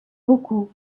beaucoup